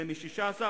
זה מ-16,